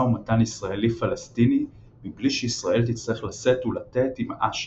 ומתן ישראלי-פלסטיני מבלי שישראל תצטרך לשאת ולתת עם אש"ף.